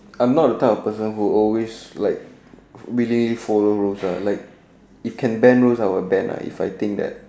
I'm not the type of person who always like willingly follow rules ah like if can ban rules I will ban lah if I think that